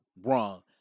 wrong